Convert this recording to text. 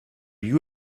you